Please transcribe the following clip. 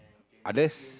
are there's